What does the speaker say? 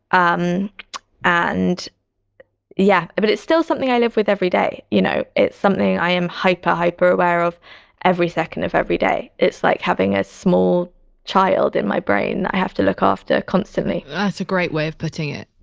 um and yeah, but it's still something i live with every day. you know? it's something i am hyper, hyper aware of every second of every day. it's like having a small child in my brain. i have to look after constantly that's a great way of putting it.